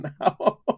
now